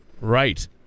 Right